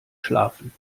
schlafen